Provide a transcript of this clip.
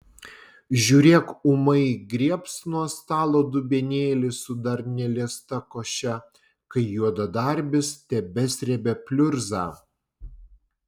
žiūrėk ūmai griebs nuo stalo dubenėlį su dar neliesta koše kai juodadarbis tebesrebia pliurzą